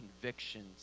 convictions